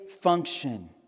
function